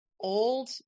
old